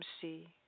see